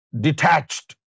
detached